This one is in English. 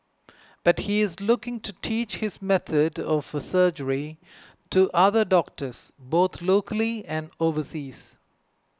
but he is looking to teach this method of surgery to other doctors both locally and overseas